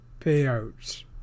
payouts